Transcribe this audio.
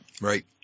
Right